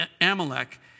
amalek